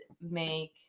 make